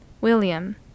William